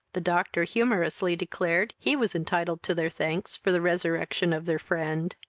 the doctor humourously declared he was entitled to their thanks for the resurrection of their friend.